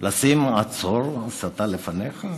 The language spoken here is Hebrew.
לשים "עצור, הסתה לפניך"?